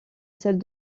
salle